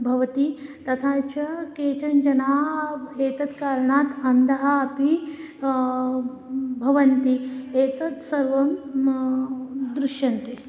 भवति तथा च केचन जनाः एतत् कारणात् अन्धाः अपि भवन्ति एतत् सर्वं दृश्यन्ते